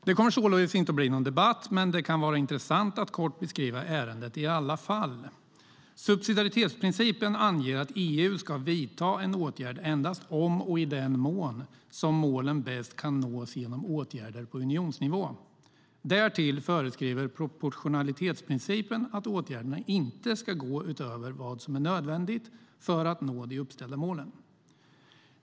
Det kommer således inte att bli någon debatt, men det kan vara intressant att kort beskriva ärendet i alla fall. Subsidiaritetsprincipen anger att EU ska vidta en åtgärd endast om och i den mån som målen bäst kan nås genom åtgärder på unionsnivå. Därtill föreskriver proportionalitetsprincipen att åtgärderna inte ska gå utöver vad som är nödvändigt för att nå de uppställda målen.